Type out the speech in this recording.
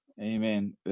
Amen